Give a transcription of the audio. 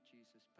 Jesus